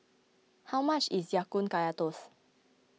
how much is Ya Kun Kaya Toast